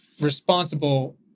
responsible